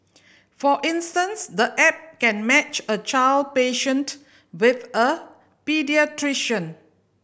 for instance the app can match a child patient with a paediatrician